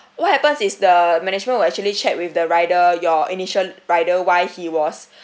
what happens is the management will actually chat with the rider your initial rider why he was